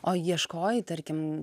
o ieškojai tarkim